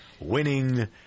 winning